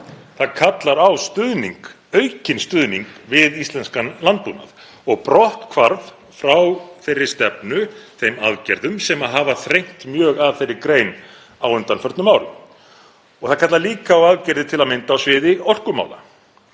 Það kallar á stuðning, aukinn stuðning við íslenskan landbúnað og brotthvarf frá þeirri stefnu og þeim aðgerðum sem hafa þrengt mjög að þeirri grein á undanförnum árum. Það kallar líka á aðgerðir til að mynda á sviði orkumála.